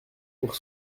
pour